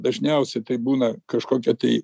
dažniausiai tai būna kažkokia tai